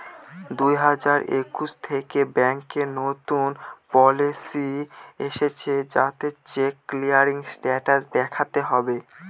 দুই হাজার একুশ থেকে ব্যাঙ্কে নতুন পলিসি এসেছে যাতে চেক ক্লিয়ারিং স্টেটাস দেখাতে হবে